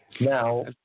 Now